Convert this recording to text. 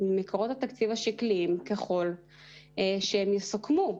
התקציב השקליים, ככל שהם יסוכמו.